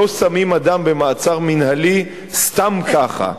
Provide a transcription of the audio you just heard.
לא שמים אדם במעצר מינהלי סתם ככה.